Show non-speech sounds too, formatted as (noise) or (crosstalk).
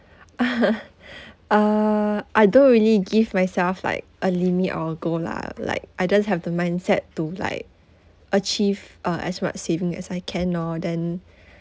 (laughs) uh I don't really give myself like a limit or goal lah like I just have the mindset to like achieve uh as much saving as I can lor then